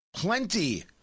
plenty